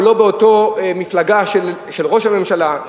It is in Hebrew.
הוא לא באותה מפלגה של ראש הממשלה.